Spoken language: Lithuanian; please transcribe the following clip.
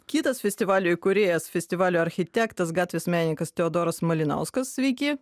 kitas festivalio įkūrėjas festivalio architektas gatvės menininkas teodoras malinauskas sveiki